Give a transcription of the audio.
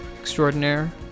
extraordinaire